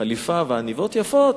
חליפה ועניבות יפות,